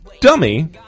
dummy